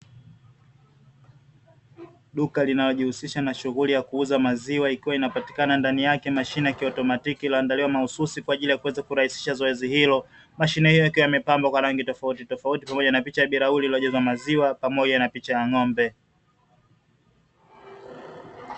Duka linalojihusisha na shughuli ya kuuza maziwa, ikiwa inapatikana ndani yake mashine ya kiautomatiki iliyoandaliwa mahususi kwa ajili ya kuweza kurahisisha zoezi hilo. Mashine hiyo ikiwa imepambwa kwa rangi tofautitofauti pamoja na picha ya birauli iliyojazwa maziwa, pamoja na picha ya ng'ombe.